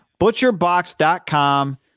ButcherBox.com